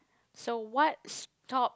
so what's top